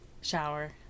Shower